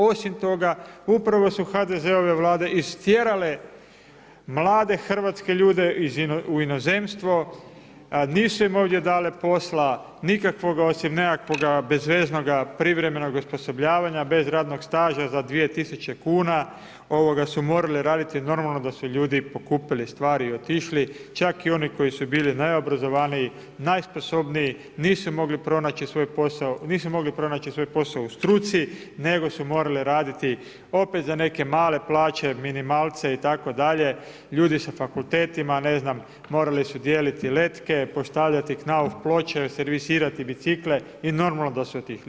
Osim toga upravo su HDZ-ove vlade istjerale mlade hrvatske ljude u inozemstvo, nisu im ovdje dale posla nikakvog osim nekakvoga bezveznoga, privremenoga osposobljavanja bez radnog staža, za 2000 kuna su morali raditi, normalno da su ljudi pokupili stvari i otišli, čak i oni koji su bili najobrazovaniji, najsposobniji, nisu mogli pronaći svoj posao u struci nego su morali raditi opet za neke male plaće, minimalce itd., ljudi sa fakultetima, ne znam, morali su dijeliti letke, postavljati knauf ploče, servisirati bicikle i normalno da su otišli.